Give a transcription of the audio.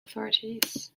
authorities